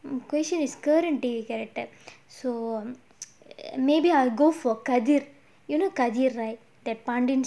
the question is current T_V character so maybe I'll go for kadir you know kadir right paandian